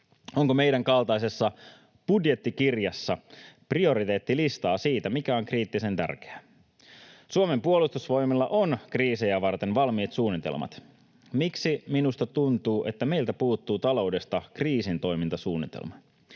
Onko meidänkaltaisessa budjettikirjassa prioriteettilistaa siitä, mikä on kriittisen tärkeää? Suomen puolustusvoimilla on kriisejä varten valmiit suunnitelmat. Miksi minusta tuntuu, että meiltä puuttuu taloudesta kriisin toimintasuunnitelma?